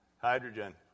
hydrogen